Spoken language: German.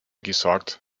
gesagt